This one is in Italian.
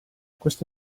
questo